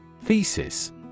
Thesis